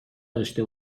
داشته